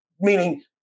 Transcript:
meaning